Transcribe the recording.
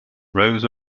rose